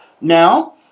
Now